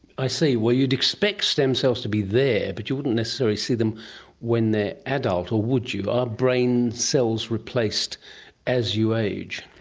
i see. well you'd expect stem cells to be there but you wouldn't necessarily see them when they're adult or would you? are brain cells replaced as you age?